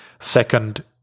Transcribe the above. second